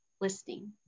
listening